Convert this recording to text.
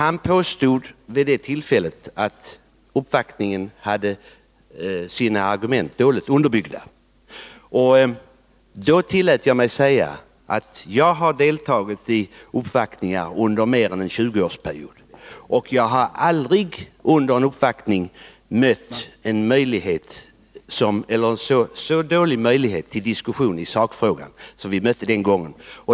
Han påstod nämligen vid det tillfället att våra argument var dåligt underbyggda, och jag tillät mig därför säga att jag har deltagit i uppvaktningar under mer än en 20-årsperiod men aldrig mött så dåliga möjligheter till diskussion i sakfrågan som vi mötte den gången.